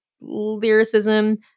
lyricism